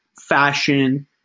fashion